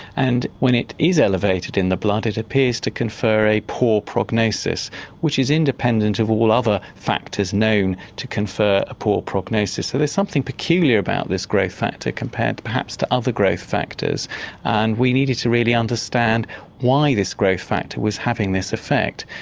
and when it is elevated in the blood it appears to confer a poor prognosis which is independent of all other factors known to confer a poor prognosis. so there's something peculiar about this growth factor compared perhaps to other growth factors and we needed to really understand why this growth factor was having this effect.